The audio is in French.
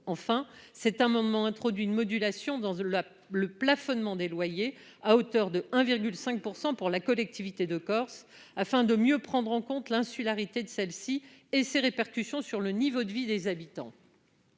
cet amendement tend à introduire une modulation dans le plafonnement de la variation des loyers à hauteur de 1,5 % pour la collectivité de Corse, afin de mieux prendre en compte l'insularité et ses répercussions sur le niveau de vie des habitants.